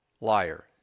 liar